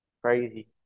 crazy